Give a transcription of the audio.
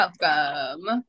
welcome